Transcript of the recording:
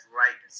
right